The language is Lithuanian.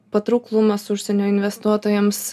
patrauklumas užsienio investuotojams